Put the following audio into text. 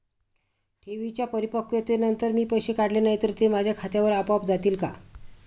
ठेवींच्या परिपक्वतेनंतर मी पैसे काढले नाही तर ते माझ्या खात्यावर आपोआप जातील का?